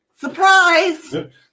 Surprise